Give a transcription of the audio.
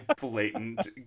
blatant